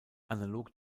analog